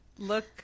look